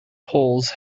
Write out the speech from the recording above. poles